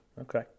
Okay